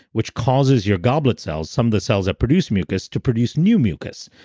which causes your goblet cells, some of the cells that produce mucus to produce new mucus.